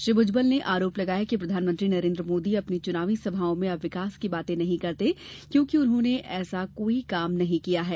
श्री भुजबल ने आरोप लगाया कि प्रधानमंत्री नरेन्द्र मोदी अपनी चुनावी सभाओं में अब विकास की बातें नहीं करते क्योंकि उन्होंने ऐसा कोई भी काम नहीं किया है